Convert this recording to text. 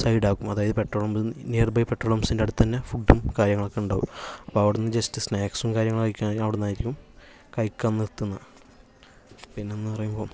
side ആക്കും അതായത് petrol pump near by petrol പമ്പ്സിൻ്റെ അടുത്ത് തന്നെ ഫുഡും കാര്യങ്ങളൊക്കെ ഉണ്ടാകും അപ്പോൾ അവിടുന്ന് ജസ്റ്റ് സ്നാക്സും കാര്യങ്ങളും കഴിക്കാൻ അവിടുന്ന് കഴിക്കും കഴിക്കാൻ നിർത്തുന്നത് പിന്നെ എന്ന് പറയുമ്പോൾ